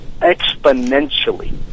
exponentially